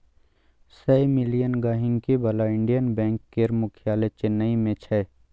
सय मिलियन गांहिकी बला इंडियन बैंक केर मुख्यालय चेन्नई मे छै